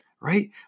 right